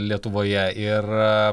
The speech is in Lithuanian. lietuvoje ir